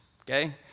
Okay